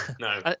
no